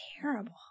Terrible